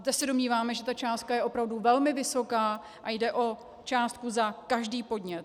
Zde se domníváme, že ta částka je opravdu velmi vysoká, a jde o částku za každý podnět.